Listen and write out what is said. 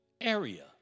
area